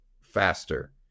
faster